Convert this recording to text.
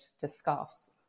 discuss